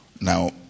now